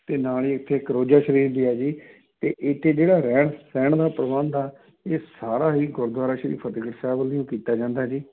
ਅਤੇ ਨਾਲ ਹੀ ਇੱਥੇ ਇਕ ਰੋਜਾ ਸਰੀਫ਼ ਵੀ ਹੈ ਜੀ ਅਤੇ ਇੱਥੇ ਜਿਹੜਾ ਰਹਿਣ ਸਹਿਣ ਦਾ ਪ੍ਰਬੰਧ ਆ ਇਹ ਸਾਰਾ ਹੀ ਗੁਰਦੁਆਰਾ ਸ਼੍ਰੀ ਫਤਿਹਗੜ੍ਹ ਸਾਹਿਬ ਵੱਲੋਂ ਕੀਤਾ ਜਾਂਦਾ ਜੀ